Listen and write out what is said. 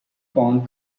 phone